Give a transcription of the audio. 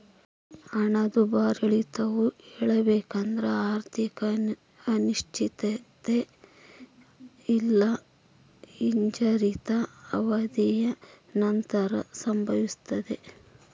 ಹಣದುಬ್ಬರವಿಳಿತವು ಹೇಳಬೇಕೆಂದ್ರ ಆರ್ಥಿಕ ಅನಿಶ್ಚಿತತೆ ಇಲ್ಲಾ ಹಿಂಜರಿತದ ಅವಧಿಯ ನಂತರ ಸಂಭವಿಸ್ತದೆ